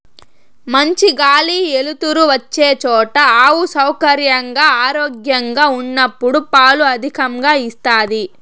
మంచి గాలి ఎలుతురు వచ్చే చోట ఆవు సౌకర్యంగా, ఆరోగ్యంగా ఉన్నప్పుడు పాలు అధికంగా ఇస్తాది